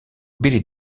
billie